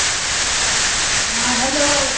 हॅं हेलो